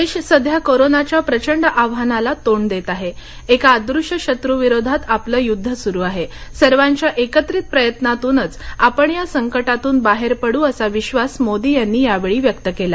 देश सध्या कोरोनाच्या प्रचंड आव्हानाला तोंड देत आहे एका अदृश्य शत्रू विरोधात आपलं युद्ध सुरू आहे सर्वांच्या एकत्रित प्रयत्नातूनच आपण या संकटातून बाहेर पडू असा विश्वास मोदी यांनी यावेळी व्यक्त केला